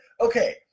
Okay